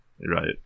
Right